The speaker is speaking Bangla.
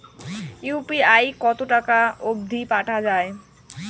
ইউ.পি.আই কতো টাকা অব্দি পাঠা যায়?